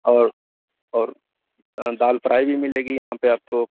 اور اور دال فرائی بھی مِلے گی یہاں پہ آپ کو